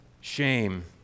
Shame